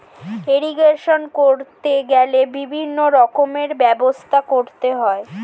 irrigation করতে গেলে বিভিন্ন রকমের ব্যবস্থা করতে হয়